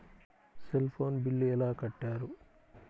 Cell phone bill ఎలా కట్టారు?